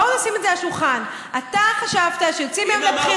בואו נשים את זה על השולחן: אתה חשבת שיוצאים היום לבחירות,